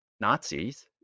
Nazis